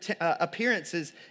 appearances